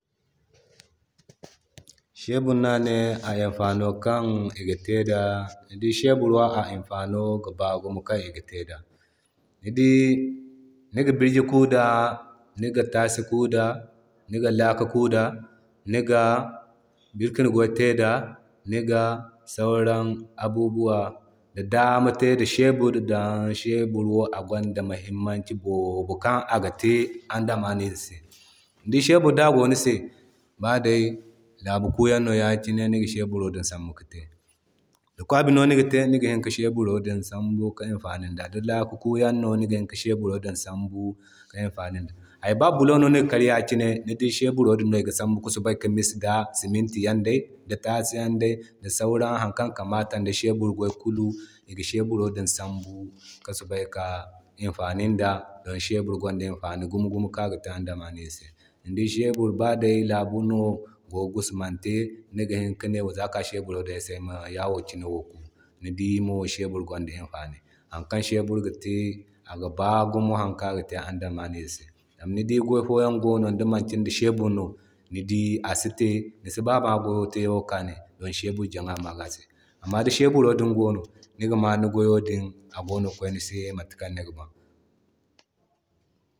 Shebur no ane imfano kan iga te da. Ni dii shebur wo a imfano gi baa gumo kan iga te da. Ni dii niga birji kuu da niga tasi ku da niga laka ku da niga bikir goy te da niga sauran abubuwa da dama te da shebur. Don shebur wo agwanda muhimmanci boobu kan aga te andamanize se. Di shebur da gono ni se baday laabu kiyaŋ no yakine niga hini ka sheburo din sambu ka te. Di kwabi no niga te niga hini ka sheburo din sambu ka himfani di laaka kuyan no niga hini ka sheburo din sambu ka imfanin da. Hay ba bulo no niga kar yakine ni di sheburo no iga sambu ki sobay ka mis da simintiyaŋ day da taasiyan day da sauran harkan kamata di shebur gway kulu iga sheburo din sambu ki sabay ki imfani da don shebur gwanda imfani gumo-gumo kan aga te andameyze se. Ni dii shebur baday Laabu no go gusumante niga hini ki ne wubzakan de sheburo din ayma ya wo kin wo. Ni dii mo shebur gwanda imfani. Hari kan shebur ga te aga baa gumo harkan aga te andameyze se. Zama ni gway fo Yan gono kan dimanki da shebur no ni dii asi te, nisi ba ma gwayo te kaani way shebur jaga maga se. Amma di sheburo din gono no niga ma ni goyo din a gogi kway Mata kan niga ba.